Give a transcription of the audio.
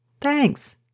Thanks